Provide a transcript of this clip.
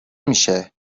میشه